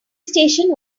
station